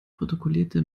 protokollierte